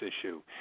issue